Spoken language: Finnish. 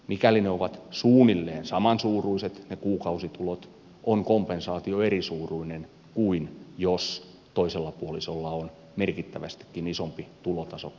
mikäli ne kuukausitulot ovat suunnilleen samansuuruiset on kompensaatio erisuuruinen kuin jos toisella puolisolla on merkittävästikin isompi tulotaso kuin toisella